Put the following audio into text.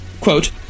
Quote